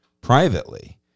privately